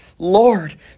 Lord